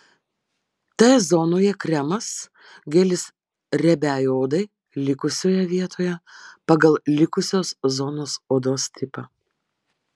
t zonoje kremas gelis riebiai odai likusioje vietoje pagal likusios zonos odos tipą